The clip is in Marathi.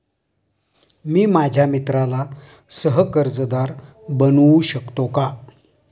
मी माझ्या मित्राला सह कर्जदार बनवू शकतो का?